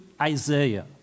Isaiah